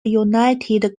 united